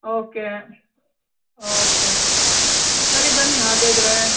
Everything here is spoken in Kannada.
ಓಕೆ ಓಕೆ ಸರಿ ಬನ್ನಿ ಹಾಗಾದರೆ